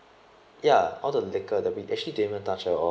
ya all the liquor that we actually didn't even touch at all